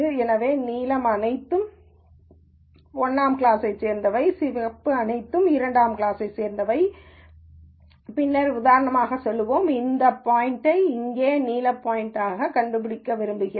எனவே நீலம் அனைத்தும் 1 ஆம் கிளாஸைச் சேர்ந்தவை சிவப்பு அனைத்தும் 2 ஆம் கிளாஸைச் சேர்ந்தவை பின்னர் உதாரணமாகச் சொல்வோம் இந்த பாயிண்ட்யை இங்கே நீல பாயிண்ட்யாகக் கண்டுபிடிக்க விரும்புகிறேன்